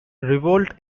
revolt